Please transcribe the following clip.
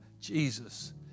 Jesus